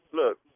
look